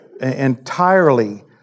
entirely